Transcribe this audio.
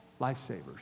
lifesavers